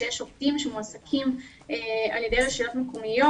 שיש עובדים שמועסקים על ידי רשויות מקומיות